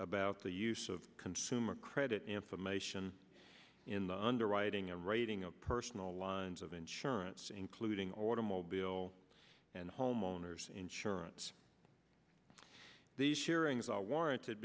about the use of consumer credit information in the underwriting and writing a personal lines of insurance including automobile and homeowners insurance these hearings are warranted